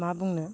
मा बुंनो